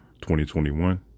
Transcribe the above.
2021